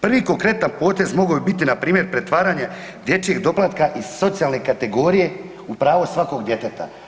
Prvi konkretan potez mogao bi biti npr. pretvaranje dječjeg doplatka iz socijalne kategorije u pravo svakog djeteta.